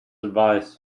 advice